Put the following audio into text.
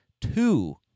two